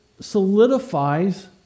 solidifies